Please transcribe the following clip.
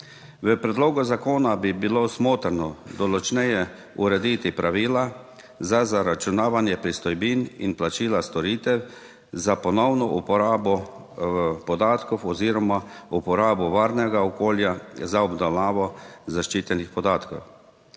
V predlogu zakona bi bilo smotrno določneje urediti pravila za zaračunavanje pristojbin in plačila storitev za ponovno uporabo podatkov oziroma uporabo varnega okolja. Za obdelavo zaščitenih podatkov,